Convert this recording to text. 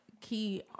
key